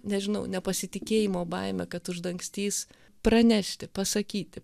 nežinau nepasitikėjimo baimę kad uždangstys pranešti pasakyti